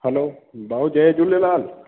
hello भाऊ जय झूलेलाल